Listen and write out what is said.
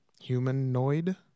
humanoid